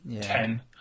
ten